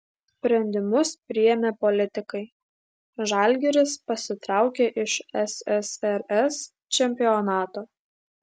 sprendimus priėmė politikai žalgiris pasitraukė iš ssrs čempionato